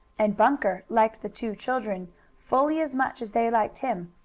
and bunker liked the two children' fully as much as they liked him.